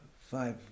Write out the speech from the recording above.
five